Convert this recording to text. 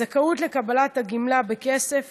הזכאות לקבלת הגמלה בכסף